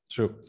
True